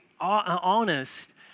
honest